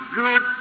good